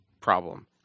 problem